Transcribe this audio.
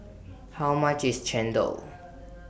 How much IS Chendol